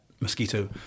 mosquito